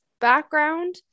background